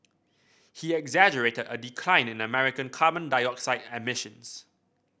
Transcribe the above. he exaggerated a decline in American carbon dioxide emissions